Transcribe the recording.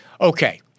Okay